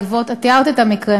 את תיארת את המקרה,